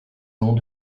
ans